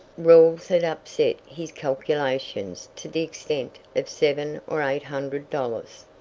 rawles had upset his calculations to the extent of seven or eight hundred dollars.